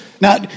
Now